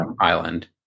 island